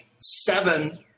seven